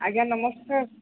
ଆଜ୍ଞା ନମସ୍କାର